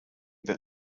that